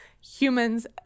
humans